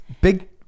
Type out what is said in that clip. big